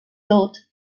tot